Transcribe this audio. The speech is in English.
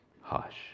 hush